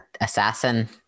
assassin